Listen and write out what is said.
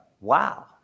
wow